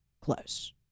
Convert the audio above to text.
close